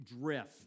drift